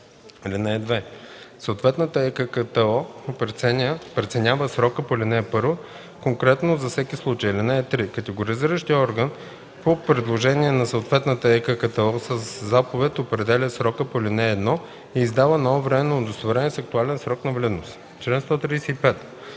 (2) Съответната ЕККТО преценява срока по ал. 1 конкретно за всеки случай. (3) Категоризиращият орган по предложение на съответната ЕККТО със заповед определя срока по ал. 1 и издава ново временно удостоверение с актуален срок на валидност.”